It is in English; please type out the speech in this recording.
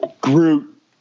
Groot